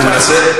מסביר.